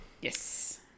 Yes